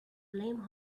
blame